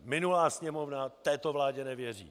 Minulá Sněmovna této vládě nevěří.